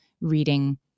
reading